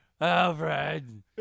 Alfred